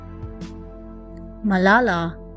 Malala